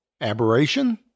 aberration